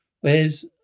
whereas